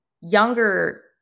younger